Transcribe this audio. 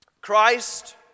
Christ